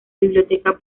biblioteca